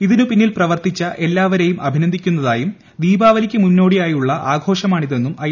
ഇതിനുപിന്നിൽ പ്രവർത്തിച്ച എല്ലാവരേയും അഭിനന്ദിക്കുന്നതായും ദീപാവലിക്ക് മുന്നോടിയായുള്ള ആഘോഷമാണ് ഇതെന്നും ഐ